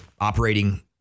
operating